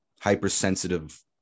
hypersensitive